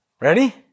Ready